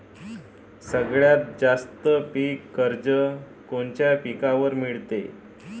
सगळ्यात जास्त पीक कर्ज कोनच्या पिकावर मिळते?